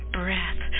breath